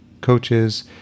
coaches